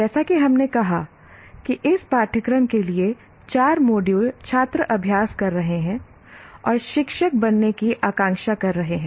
जैसा कि हमने कहा कि इस पाठ्यक्रम के लिए 4 मॉड्यूल छात्र अभ्यास कर रहे हैं और शिक्षक बनने की आकांक्षा कर रहे हैं